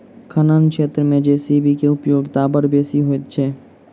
खनन क्षेत्र मे जे.सी.बी के उपयोगिता बड़ बेसी होइत छै